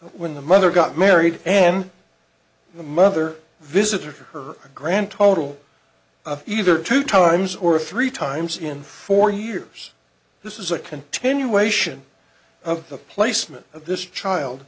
when the mother got married and the mother visited her a grand total of either two times or three times in four years this is a continuation of the placement of this child